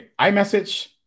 iMessage